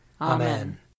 Amen